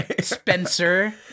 Spencer